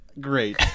Great